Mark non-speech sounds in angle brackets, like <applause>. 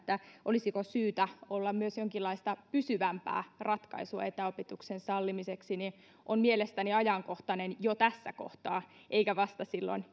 olisiko syytä olla myös jonkinlaista pysyvämpää ratkaisua etäopetuksen sallimiseksi on mielestäni ajankohtainen jo tässä kohtaa eikä vasta silloin <unintelligible>